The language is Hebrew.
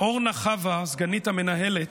אורנה חווה, סגנית המנהלת,